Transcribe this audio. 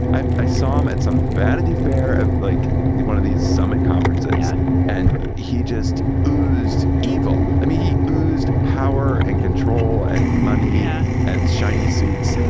i i saw him at some banditti faire of like one of these summit conferences yeah and he just used eval. i mean he used power and control and money. yeah. and shiny seats.